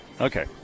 Okay